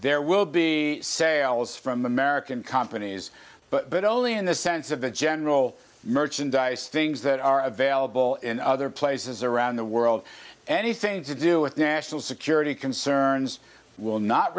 there will be sales from american companies but only in the sense of the general merchandise things that are available in other places around the world anything to do with national security concerns will not